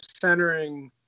centering